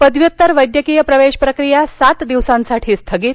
पदव्यूत्तर वैद्यकीय प्रवेश प्रक्रीया सात दिवसांसाठी स्थगित